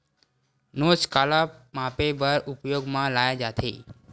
नोच काला मापे बर उपयोग म लाये जाथे?